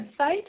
website